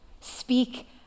Speak